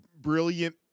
brilliant